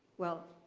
well,